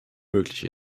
möglich